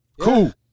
cool